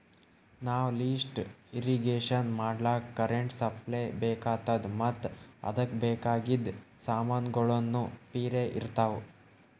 ನಾವ್ lift irrigation ಮಾಡ್ಲಕ್ಕ್ current supply ಬೆಕಾತದ್ ಮತ್ತ್ ಅದಕ್ಕ್ ಬೇಕಾಗಿದ್ ಸಮಾನ್ಗೊಳ್ನು ಪಿರೆ ಇರ್ತವ್